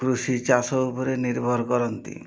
କୃଷି ଚାଷ ଉପରେ ନିର୍ଭର କରନ୍ତି